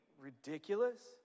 ridiculous